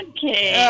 Okay